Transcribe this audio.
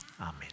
amen